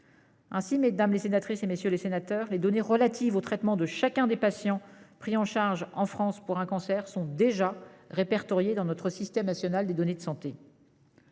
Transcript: Ainsi, mesdames, messieurs les sénateurs, les données relatives au traitement de chacun des patients pris en charge en France pour un cancer sont déjà répertoriées dans notre système national des données de santé.